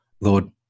Lord